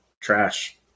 trash